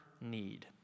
need